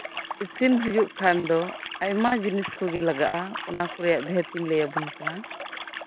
ᱤᱥᱤᱱ ᱦᱳᱭᱳᱜ ᱠᱷᱟᱱ ᱫᱚ ᱟᱭᱢᱟ ᱡᱤᱱᱤᱥ ᱠᱚᱜᱮ ᱞᱟᱜᱟᱜᱼᱟ ᱚᱱᱟ ᱠᱚᱨᱮᱱᱟᱜ ᱵᱷᱮᱫᱽ ᱤᱧ ᱞᱟᱹᱭᱟᱵᱚᱱ ᱠᱟᱱᱟ